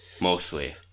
mostly